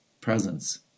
Presence